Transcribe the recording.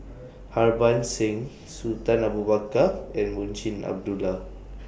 Harbans Singh Sultan Abu Bakar and Munshi Abdullah